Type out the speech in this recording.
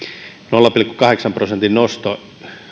nolla pilkku kahdeksan prosentin nosto